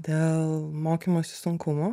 dėl mokymosi sunkumų